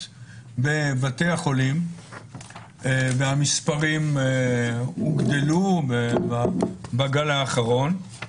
בבתי חולים והמספרים הוגדלו בגל האחרון,